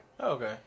Okay